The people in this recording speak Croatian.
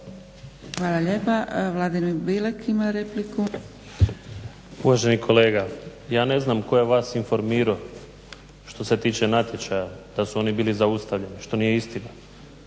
Hvala lijepa. Vladimir Bilek ima repliku. **Bilek, Vladimir (HNS)** Uvaženi kolega ja ne znam tko je vas informirao što se tiče natječaja da su oni bili zaustavljeni što nije istina,